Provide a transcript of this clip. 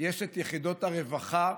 יש יחידות הרווחה